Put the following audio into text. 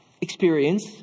experience